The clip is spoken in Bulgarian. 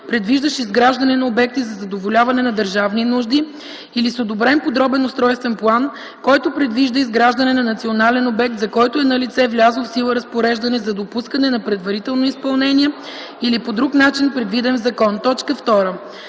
предвиждащ изграждане на обекти за задоволяване на държавни нужди, или с одобрен подробен устройствен план, който предвижда изграждане на национален обект, за който е налице влязло в сила разпореждане за допускане на предварително изпълнение, или по друг начин, предвиден в закон.”